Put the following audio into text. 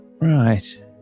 right